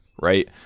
Right